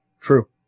True